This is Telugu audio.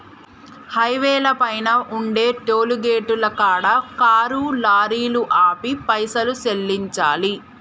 హైవేల పైన ఉండే టోలుగేటుల కాడ కారు లారీలు ఆపి పైసలు సెల్లించాలి